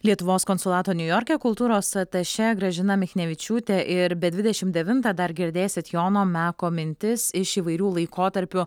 lietuvos konsulato niujorke kultūros atašė gražina michnevičiūtė ir be dvidešim devintą dar girdėsit jono meko mintis iš įvairių laikotarpių